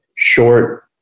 short